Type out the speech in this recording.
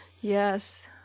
Yes